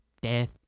death